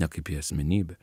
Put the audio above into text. ne kaip į asmenybę